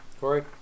Corey